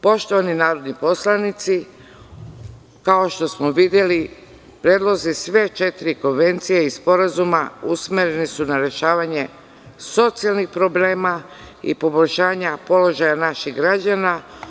Poštovani narodni poslanici, kao što smo videli, predlozi sve četiri konvencije i sporazuma usmereni su na rešavanje socijalnih problema i poboljšanja položaja naših građana.